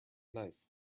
knife